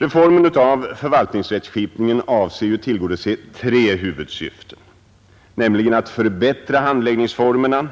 Reformen av förvaltningsrättskipningen avser att tillgodose tre huvudsyften, nämligen att förbättra handläggningsformerna,